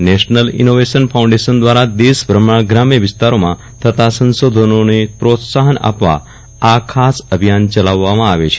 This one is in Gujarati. નેશનલ ઇનોવેશન ફાઉન્ડેશન દ્વારા દેશભરમાં ગ્રામ્ય વિસ્તારોમાં થતો સંશોધનોને પ્રોત્સાહન આપવા આ ખાસ અભિયાન ચલાવવામાં આવે છે